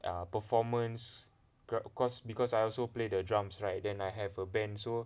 err performance because I also play the drums right then I have a band so